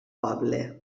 poble